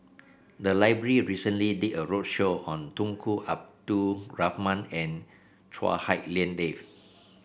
the library recently did a roadshow on Tunku Abdul Rahman and Chua Hak Lien Dave